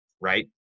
right